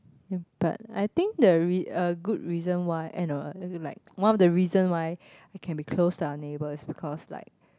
but I think the re~ a good reason why eh no like one of the reason why we can be close to our neighbour is because like